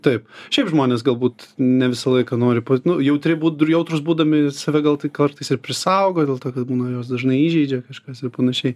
taip šiaip žmonės galbūt ne visą laiką nori p nu jautri būt nu jautrūs būdami save gal tai kartais ir prisaugo dėl to kad būna juos dažnai įžeidžia kažkas ir panašiai